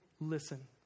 Listen